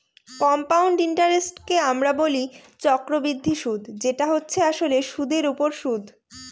compound ইন্টারেস্টকে আমরা বলি চক্রবৃদ্ধি সুদ যেটা হচ্ছে আসলে সুধের ওপর সুদ